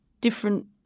different